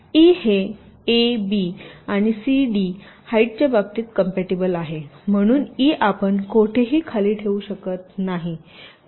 E हे A B आणि C D हाईटच्या बाबतीत कॉम्पिटिबल आहेत म्हणून ई आपण कोठेही खाली ठेवू शकत नाही